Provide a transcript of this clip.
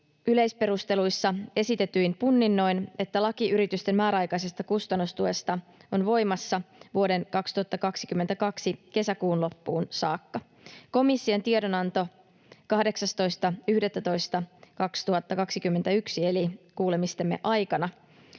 yleisperusteluissa esitetyin punninnoin, että laki yritysten määräaikaisesta kustannustuesta on voimassa vuoden 2022 kesäkuun loppuun saakka. Komission tiedonanto 18.11.2021 — eli kuulemistemme ja